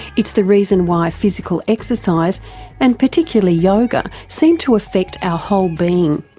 it's the reason why physical exercise and particularly yoga seem to affect our whole being.